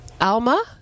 Alma